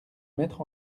mettre